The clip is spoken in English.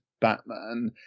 batman